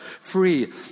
free